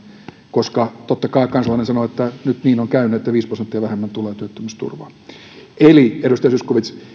koska totta kai kansalainen sanoo että nyt niin on käynyt että viisi prosenttia vähemmän tulee työttömyysturvaa eli edustaja zyskowicz